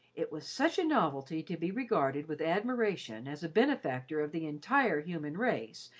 it was such a novelty to be regarded with admiration as a benefactor of the entire human race,